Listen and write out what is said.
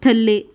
ਥੱਲੇ